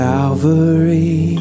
Calvary